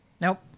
Nope